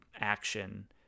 action